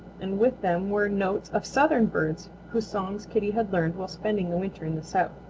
and with them were notes of southern birds whose songs kitty had learned while spending the winter in the south.